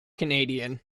canadian